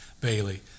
Bailey